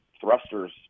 thrusters